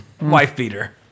wife-beater